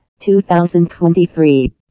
2023